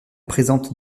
présentent